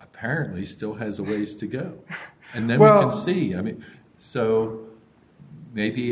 apparently still has a ways to go and then well see i mean so maybe